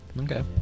Okay